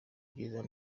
byiza